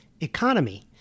economy